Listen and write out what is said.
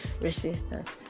resistance